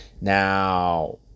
Now